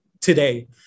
today